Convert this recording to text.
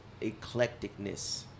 eclecticness